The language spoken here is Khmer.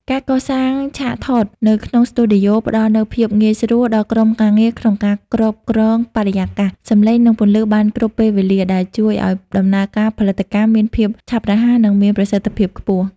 ការកសាងឆាកថតនៅក្នុងស្ទូឌីយ៉ូផ្ដល់នូវភាពងាយស្រួលដល់ក្រុមការងារក្នុងការគ្រប់គ្រងបរិយាកាស សម្លេង និងពន្លឺបានគ្រប់ពេលវេលា ដែលជួយឱ្យដំណើរការផលិតកម្មមានភាពឆាប់រហ័ស និងមានប្រសិទ្ធភាពខ្ពស់។